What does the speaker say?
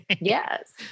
Yes